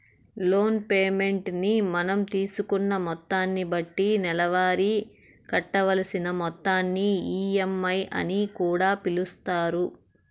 loan payment ని మనం తీసుకున్న మొత్తాన్ని బట్టి నెలవారీ కట్టవలసిన మొత్తాన్ని ఈ.ఎం.ఐ అని కూడా పిలుస్తారు